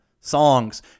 songs